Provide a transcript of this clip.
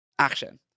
Action